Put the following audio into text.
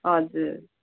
हजुर